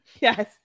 Yes